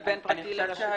ובין פרטי לרשותי?